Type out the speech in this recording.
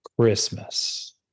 Christmas